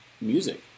music